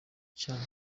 cya